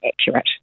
accurate